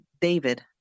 David